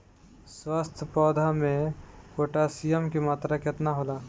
स्वस्थ पौधा मे पोटासियम कि मात्रा कितना होला?